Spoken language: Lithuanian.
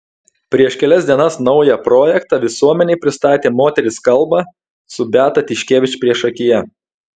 prieš kelias dienas naują projektą visuomenei pristatė moterys kalba su beata tiškevič priešakyje